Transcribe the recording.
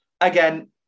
again